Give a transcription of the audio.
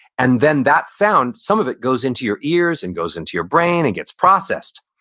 and then that sound, some of it goes into your ears and goes into your brain and gets processed.